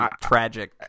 tragic